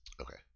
Okay